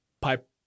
pipe